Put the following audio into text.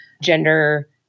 gender